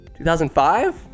2005